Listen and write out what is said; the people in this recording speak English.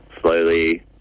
Slowly